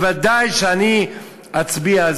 בוודאי שאני אצביע.